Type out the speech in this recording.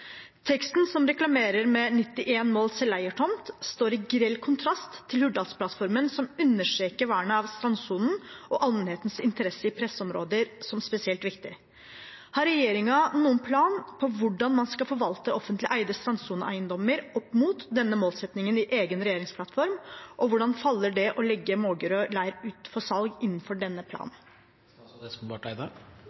Teksten som reklamerer med 91 mål selveiertomt, står i grell kontrast til Hurdalsplattformen, som understreker vernet av strandsonen og allmennhetens interesse i pressområder som spesielt viktig. Har regjeringen noen plan for hvordan man skal forvalte offentlig eide strandsoneeiendommer opp mot denne målsettingen i regjeringsplattformen, og hvordan faller det å legge Mågerø leir ut for salg på denne